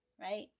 right